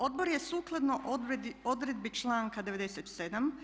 Odbor je sukladno odredbi članka 97.